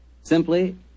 Simply